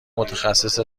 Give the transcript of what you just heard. متخصص